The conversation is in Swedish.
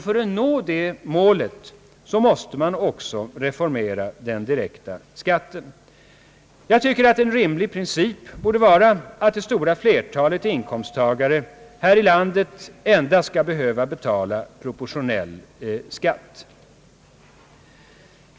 För att 1uå det målet måste man också reformera den direkta skatten. Jag tycker att en rimlig princip borde vara att det stora flertalet inkomsttagare här i landet endast skall behöva betala proportionell skatt.